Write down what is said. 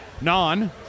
Non